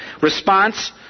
Response